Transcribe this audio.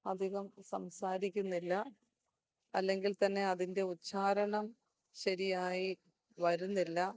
അധികം സംസാരിക്കുന്നില്ല അല്ലെങ്കിൽത്തന്നെ അതിൻ്റെ ഉച്ചാരണം ശരിയായി വരുന്നില്ല